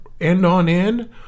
end-on-end